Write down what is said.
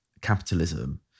capitalism